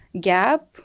gap